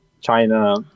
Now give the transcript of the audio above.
China